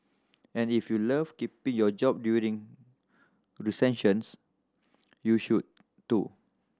and if you love keeping your job during recessions you should too